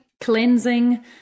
cleansing